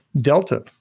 Delta